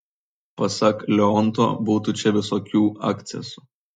pasak leonto būta čia visokių akcesų